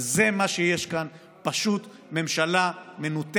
וזה מה שיש כאן, פשוט ממשלה מנותקת,